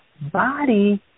body